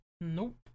nope